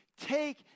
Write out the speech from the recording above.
Take